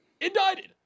Indicted